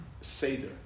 Seder